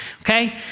okay